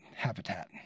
habitat